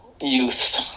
youth